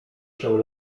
się